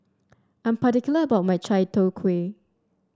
I'm particular about my Chai Tow Kuay